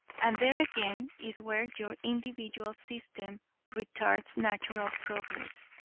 and there again is where your individual system retards natural progress.